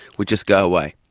would just go away.